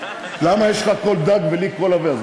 למה לך יש קול דק ולי קול עבה.